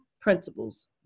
principles